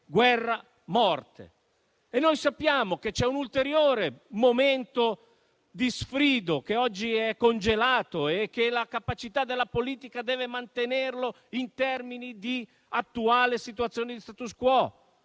guerra e morte. Noi sappiamo che c'è un ulteriore momento di sfrido, che oggi è congelato e che la capacità della politica deve mantenere in termini di attuale situazione di *status quo,*